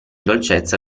dolcezza